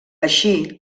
així